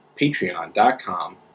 Patreon.com